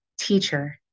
teacher